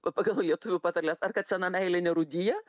pagal lietuvių patarles ar kad sena meilė nerūdija